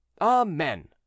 Amen